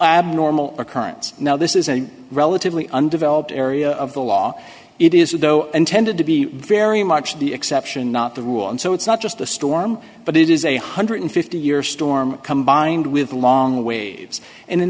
abnormal occurrence now this is a relatively undeveloped area of the law it is though intended to be very much the exception not the rule and so it's not just a storm but it is a one hundred and fifty year storm combined with long waves and in